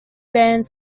band